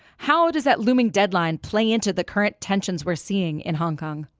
how does that looming deadline play into the current tensions we're seeing in hong kong?